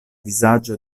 vizaĝo